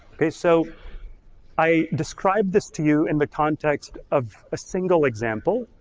okay, so i described this to you in the context of a single example,